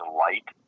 light